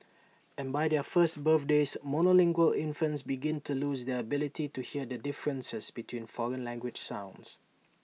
and by their first birthdays monolingual infants begin to lose their ability to hear the differences between foreign language sounds